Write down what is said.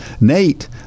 Nate